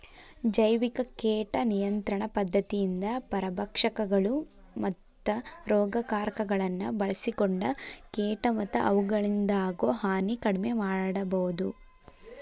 ಜೈವಿಕ ಕೇಟ ನಿಯಂತ್ರಣ ಪದ್ಧತಿಯಿಂದ ಪರಭಕ್ಷಕಗಳು, ಮತ್ತ ರೋಗಕಾರಕಗಳನ್ನ ಬಳ್ಸಿಕೊಂಡ ಕೇಟ ಮತ್ತ ಅವುಗಳಿಂದಾಗೋ ಹಾನಿ ಕಡಿಮೆ ಮಾಡಬೋದು